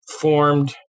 formed